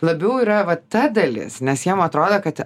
labiau yra vat ta dalis nes jiem atrodo kad